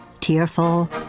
Tearful